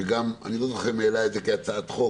שאני לא זוכר מי העלה את זה בהצעת חוק,